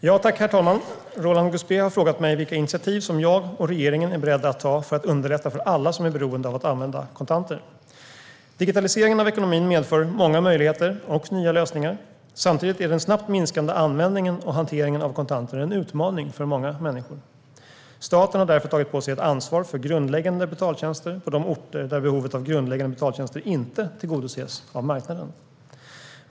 Herr talman! Roland Gustbée har frågat mig vilka initiativ jag och regeringen är beredda att ta för att underlätta för alla som är beroende av att använda kontanter. Digitaliseringen av ekonomin medför många möjligheter och nya lösningar. Samtidigt är den snabbt minskande användningen och hanteringen av kontanter en utmaning för många människor. Staten har därför tagit på sig ett ansvar för grundläggande betaltjänster på de orter där behovet av grundläggande betaltjänster inte tillgodoses av marknaden.